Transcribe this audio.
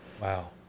Wow